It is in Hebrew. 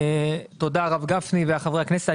תודה הרב גפני וחברי הכנסת.